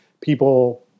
people